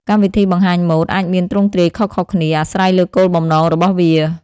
កម្មវិធីបង្ហាញម៉ូដអាចមានទ្រង់ទ្រាយខុសៗគ្នា អាស្រ័យលើគោលបំណងរបស់វា។